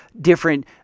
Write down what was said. different